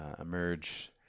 emerge